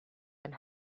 and